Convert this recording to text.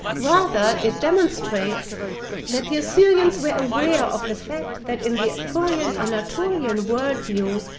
rather it demonstrates that the assyrians were aware of the fact that in the anatolian anatolian worldview,